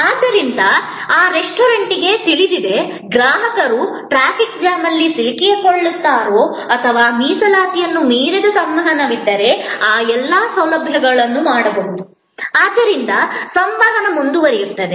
ಆದ್ದರಿಂದ ಆ ರೆಸ್ಟೋರೆಂಟ್ಗೆ ತಿಳಿದಿದೆ ಗ್ರಾಹಕರು ಟ್ರಾಫಿಕ್ ಜಾಮ್ನಲ್ಲಿ ಸಿಕ್ಕಿಹಾಕಿಕೊಳ್ಳುತ್ತಾರೋ ಅಥವಾ ಮೀಸಲಾತಿಯನ್ನು ಮೀರಿದ ಸಂವಹನವಿದ್ದರೆ ಈ ಎಲ್ಲಾ ಸೌಲಭ್ಯಗಳನ್ನು ಮಾಡಬಹುದು ಆದ್ದರಿಂದ ಸಂವಹನ ಮುಂದುವರಿಯುತ್ತದೆ